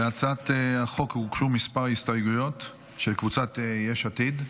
להצעת החוק הוגשו כמה הסתייגויות של קבוצת יש עתיד.